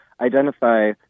identify